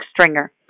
Stringer